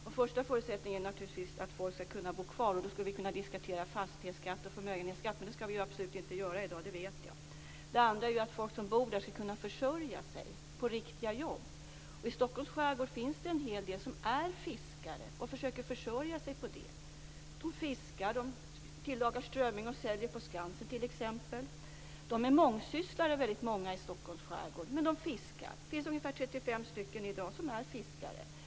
En första förutsättning är naturligtvis att folk skall kunna bo kvar och då skulle vi kunna diskutera fastighetsskatten och förmögenhetsskatten men det vet jag att vi absolut inte skall göra i dag. Vidare skall folk som bor i de här områdena kunna försörja sig på riktiga jobb. I Stockholms skärgård finns det en hel del som är fiskare och som försöker försörja sig på det. De fiskar, tillagar strömming och säljer på Skansen t.ex. Många i Stockholms skärgård är mångsysslare men de fiskar alltså. Ungefär 35 personer är i dag fiskare.